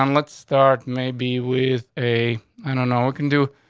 um let's start maybe with a i don't know what can do.